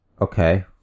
Okay